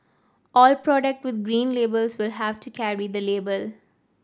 all product with Green Labels will have to carry the label